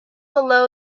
below